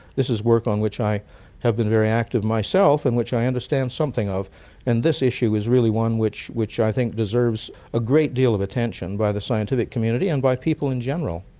this is work on which i have been very active myself and which i understand something of and this issue is really one which which i think deserves a great deal of attention by the scientific community and by people in general.